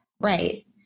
Right